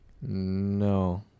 No